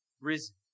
risen